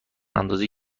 اندازه